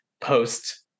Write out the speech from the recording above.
post